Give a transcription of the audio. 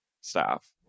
staff